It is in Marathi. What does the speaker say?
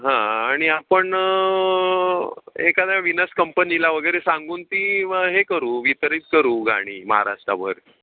हां आणि आपण एखाद्या विनस कंपनीला वगैरे सांगून ती हे करू वितरित करू गाणी महाराष्ट्रभर